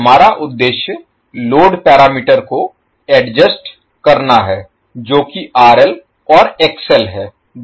हमारा उद्देश्य load parameter को एडजस्ट Adjust समायोजित करना है जो कि आरएल और एक्सएल है